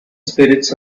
spirits